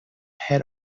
head